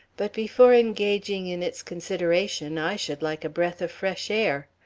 but before engaging in its consideration i should like a breath of fresh air.